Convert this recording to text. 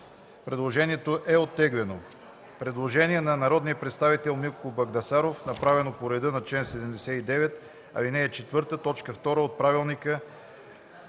Предложението е оттеглено.